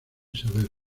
saberlo